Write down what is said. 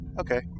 Okay